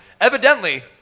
Evidently